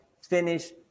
finish